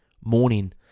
Morning